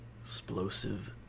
Explosive